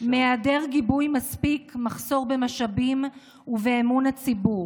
מהיעדר גיבוי מספיק ומחסור במשאבים ובאמון הציבור.